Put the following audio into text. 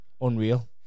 Unreal